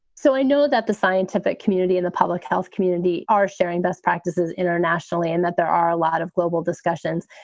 so i know that the scientific community and the public health community are sharing best practices internationally and that there are a lot of global discussions.